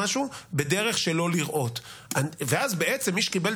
השאלה שאני שואל את כולם, אבל בעיקר את